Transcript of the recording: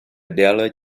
dela